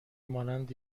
مانند